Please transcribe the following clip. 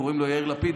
קוראים לו יאיר לפיד,